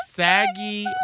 saggy